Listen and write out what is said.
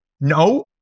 no